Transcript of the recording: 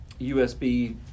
USB